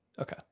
Okay